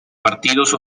partidos